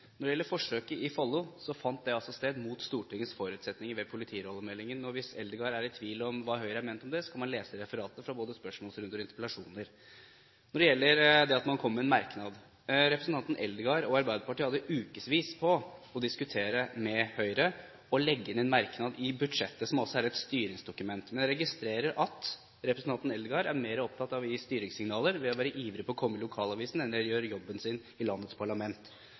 Når det gjelder forsøket i Follo, fant det altså sted imot Stortingets forutsetninger for politireformen, og hvis Eldegard er i tvil om hva Høyre har ment om det, kan man lese referatene fra både spørsmålsrunder og interpellasjoner. Så til det at man kom med en merknad. Representanten Eldegard og Arbeiderpartiet hadde ukevis på å diskutere med Høyre og legge inn en merknad i budsjettet, som altså er et styringsdokument. Men jeg registrerer at representanten Eldegard er mer opptatt av å gi styringssignaler ved å være ivrig etter å komme i lokalavisen enn å gjøre jobben sin i landets parlament.